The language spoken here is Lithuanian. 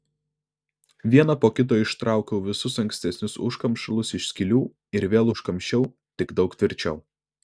vieną po kito ištraukiau visus ankstesnius užkamšalus iš skylių ir vėl užkamšiau tik daug tvirčiau